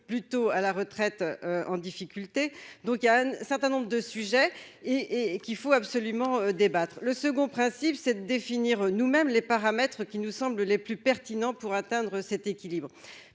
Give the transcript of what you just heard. plus tôt à la retraite en difficulté donc il y a un certain nombre de sujets et et qu'il faut absolument débattre le second principe cette définir nous-mêmes les paramètres qui nous semblent les plus pertinents pour atteindre cet équilibre